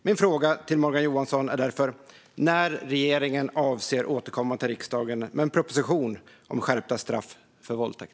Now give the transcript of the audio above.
Min fråga till Morgan Johansson är därför när regeringen avser att återkomma till riksdagen med en proposition om skärpta straff för våldtäkt.